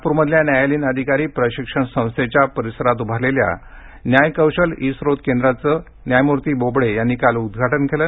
नागपूरमधल्या न्यायालयीन अधिकारी प्रशिक्षण संस्थेच्या परिसरात उभारलेल्या न्याय कौशल ई स्रोत केंद्राचं न्यायमूर्ती बोबडे यांनी काल उद्घाटन केलं